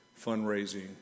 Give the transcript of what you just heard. Fundraising